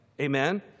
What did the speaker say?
Amen